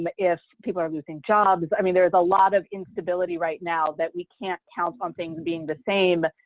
um if people are losing jobs. i mean there's a lot of instability right now that we can't count on things being the same.